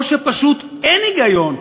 או שפשוט אין היגיון,